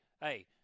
hey